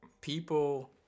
people